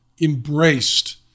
embraced